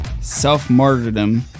self-martyrdom